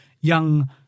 young